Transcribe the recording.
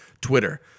Twitter